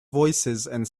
voicesand